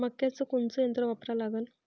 मक्याचं कोनचं यंत्र वापरा लागन?